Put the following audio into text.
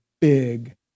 big